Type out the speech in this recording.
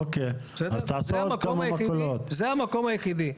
זה המקום היחידי.